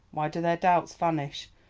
why do their doubts vanish,